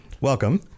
welcome